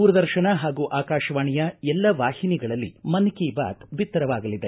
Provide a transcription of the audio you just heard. ದೂರದರ್ಶನ ಹಾಗೂ ಆಕಾಶವಾಣಿಯ ಎಲ್ಲ ವಾಹಿನಿಗಳಲ್ಲಿ ಮನ್ ಕಿ ಬಾತ್ ಬಿತ್ತರವಾಗಲಿದೆ